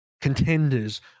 contenders